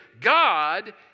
God